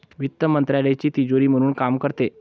वित्त मंत्रालयाची तिजोरी म्हणून काम करते